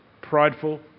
prideful